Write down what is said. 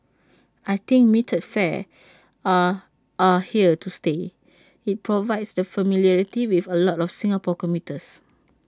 I think metered fares are are here to stay IT provides that familiarity with A lot of Singapore commuters